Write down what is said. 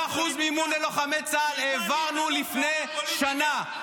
העברנו 100% מימון ללוחמי צה"ל, העברנו לפני שנה.